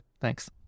Thanks